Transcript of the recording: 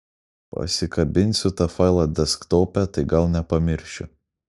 pasikabinsiu tą failą desktope tai gal nepamiršiu